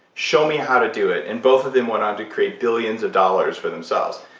show me how to do it. and both of them went on to create billions of dollars for themselves.